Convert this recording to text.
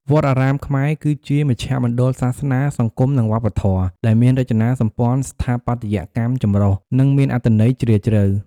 វត្តអារាមខ្មែរ គឺជាមជ្ឈមណ្ឌលសាសនា សង្គម និងវប្បធម៌ ដែលមានរចនាសម្ព័ន្ធស្ថាបត្យកម្មចម្រុះ និងមានអត្ថន័យជ្រាលជ្រៅ។